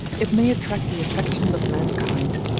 it may attract the affections of mankind.